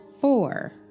four